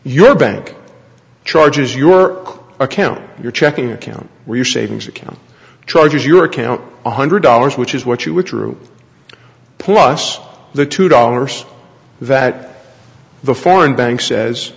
your bank charges your account your checking account or your savings account charges your account one hundred dollars which is what you were true plus the two dollars that the foreign bank says